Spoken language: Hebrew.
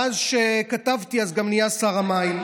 מאז שכתבתי אז נהיה גם שר המים.